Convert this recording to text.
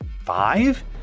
five